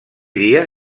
dia